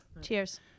cheers